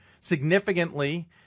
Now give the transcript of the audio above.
significantly